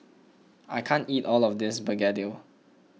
I can't eat all of this Begedil